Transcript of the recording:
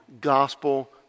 gospel